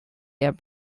your